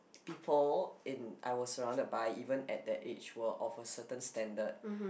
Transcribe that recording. people in I was surrounded by even at that age were of a certain standard